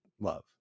love